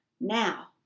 Now